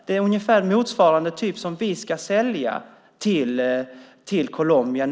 Det är liknande utrustning vi ska sälja till Colombia.